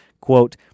quote